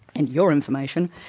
and your information,